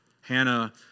Hannah